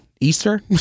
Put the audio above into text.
Easter